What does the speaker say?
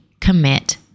commit